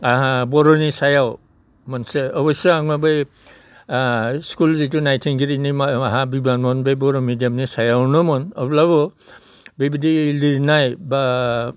आंहा बर'नि सायाव मोनसे अबयस्से आङो बै स्कुल जिथु नायथिंगिरिनि बिबानमोन बे बर' मिडियामनि सायावनोमोन अब्लाबो बेबायदि लिरनाय एबा